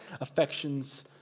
affections